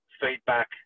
feedback